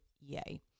yay